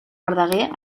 verdaguer